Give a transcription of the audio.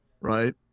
Right